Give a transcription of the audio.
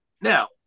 now